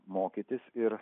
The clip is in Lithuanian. mokytis ir